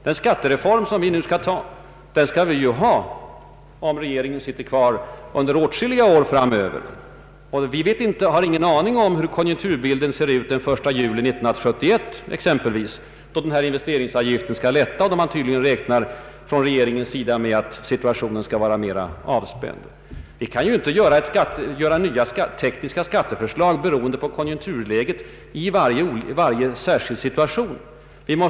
Den skattereform som vi nu diskuterar skall vi behålla under åtskilliga år framöver, om regeringen sitter kvar. Vi har ingen aning om hur konjunkturbilden ser ut exempelvis den 1 juli 1971 då investeringsavgiften skall lätta och då man från regeringens sida räknar med att situationen skall vara mera avspänd. Vi kan inte göra nya tekniska skatteförslag beroende av konjunkturläget i varje särskild situation.